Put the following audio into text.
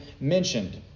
mentioned